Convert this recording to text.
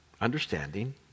understanding